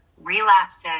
Relapses